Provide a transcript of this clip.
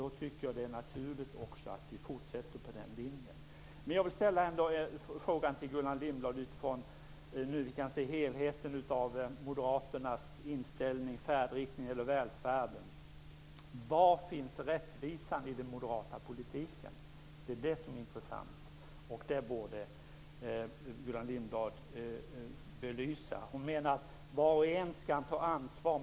Då tycker jag att det är naturligt att vi fortsätter på den linjen. Nu när vi kan se helheten i Moderaternas inställning och färdriktning när det gäller välfärden vill jag fråga Gullan Lindblad: Var finns rättvisan i den moderata politiken? Det är det som är intressant, och det borde Gullan Lindblad belysa. Hon menar att var och en skall ta ansvar.